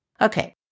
Okay